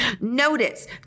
Notice